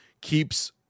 keeps